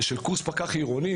קורס של פקח עירוני,